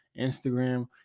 Instagram